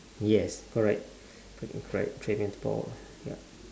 yes correct correct tribute paul ya